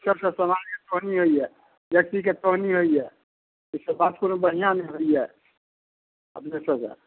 सभसँ समाजमे सोहनी होइए व्यक्तिके सोहनी होइए ई सभ बात कोनो बढ़िआँ नहि होइया अपने सभके